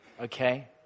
Okay